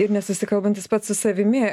ir nesusikalbantis pats su savimi